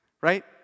Right